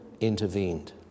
intervened